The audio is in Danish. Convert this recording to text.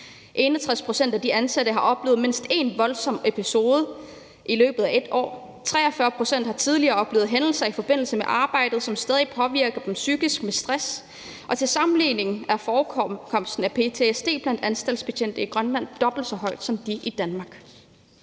61 pct. af de ansatte har oplevet mindst én voldsom episode i løbet af 1 år. 43 pct. har tidligere oplevet hændelser i forbindelse med arbejdet, som stadig påvirker dem psykisk med stress, og til sammenligning er forekomsten af ptsd blandt anstaltsbetjente i Grønland dobbelt så høj som i Danmark.